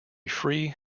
free